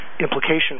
implication